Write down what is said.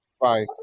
Bye